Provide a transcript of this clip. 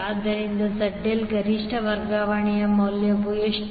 ಆದ್ದರಿಂದ ZL ಗರಿಷ್ಠ ವರ್ಗಾವಣೆಯ ಮೌಲ್ಯ ಎಷ್ಟು